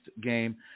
game